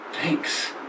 Thanks